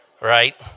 right